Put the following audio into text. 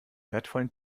wertvollen